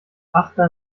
achter